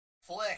Flick